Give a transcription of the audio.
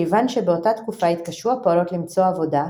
כיוון שבאותה תקופה התקשו הפועלות למצוא עבודה,